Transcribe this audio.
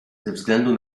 względu